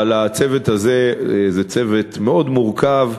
אבל הצוות הזה הוא צוות מאוד מורכב,